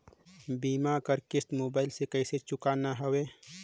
बीमा कर किस्त मोबाइल से कइसे चुकाना हवे